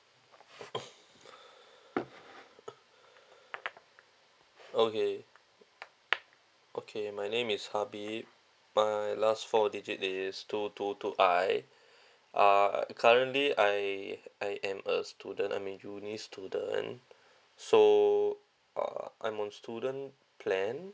okay okay my name is habib my last four digit is two two two I uh currently I I am a student I'm an uni student so uh I'm on student plan